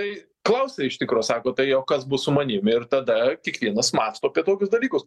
tai klausia iš tikro sako tai o kas bus su manim ir tada kiekvienas mąsto apie tokius dalykus